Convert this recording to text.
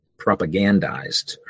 propagandized